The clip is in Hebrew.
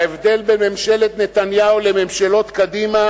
ההבדל בין ממשלת נתניהו לממשלות קדימה